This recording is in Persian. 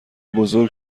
بزرگ